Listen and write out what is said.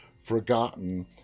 forgotten